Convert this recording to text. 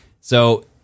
So-